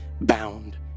bound